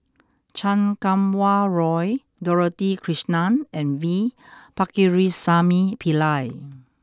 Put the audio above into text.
Chan Kum Wah Roy Dorothy Krishnan and V Pakirisamy Pillai